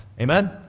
Amen